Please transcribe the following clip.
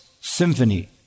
symphony